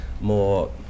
more